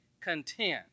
content